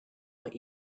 what